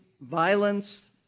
violence